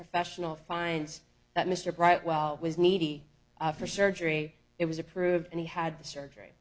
professional finds that mr bright well was needy after surgery it was approved and he had the surgery